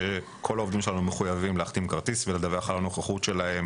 שכל העובדים שלנו מחויבים להחתים כרטיס ולדווח על הנוכחות שלהם.